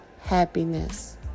happiness